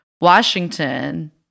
Washington